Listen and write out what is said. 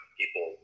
people